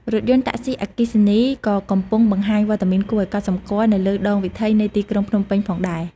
រថយន្តតាក់សុី អគ្គិសនី ក៏កំពុងបង្ហាញវត្តមានគួរឱ្យកត់សម្គាល់នៅលើដងវិថីនៃទីក្រុងភ្នំពេញផងដែរ។